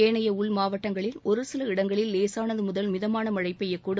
ஏனைய உள்மாவட்டங்களில் ஒருசில இடங்களில் லேசானது முதல் மிதமான மழை பெய்யக்கூடும்